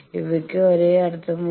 ഇവയ്ക്ക് ഒരേ അർത്ഥമുണ്ട്